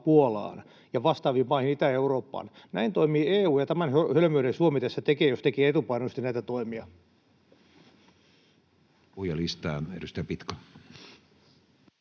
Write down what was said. ja vastaaviin maihin Itä-Eurooppaan. Näin toimii EU, ja tämän hölmöyden Suomi tässä tekee, jos tekee etupainoisesti näitä toimia.